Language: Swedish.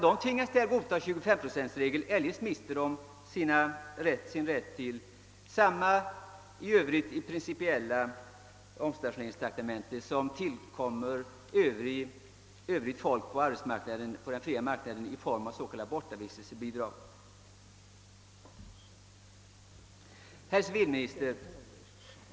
De måste godta 25-procentsregeln, ty eljest mister de sin rätt till det i övrigt i princip identiska omställningstraktamente, som tillkommer personer på den fria arbetsmarknaden i form av s.k. bortavistelsebidrag. Herr civilminister!